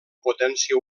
potència